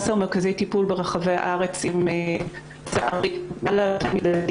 יותר פניות למרכזי הסיוע וסיר הלחץ הזה רק ילך